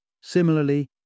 Similarly